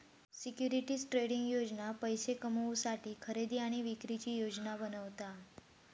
securities trading योजना पैशे कमवुसाठी खरेदी आणि विक्रीची योजना बनवता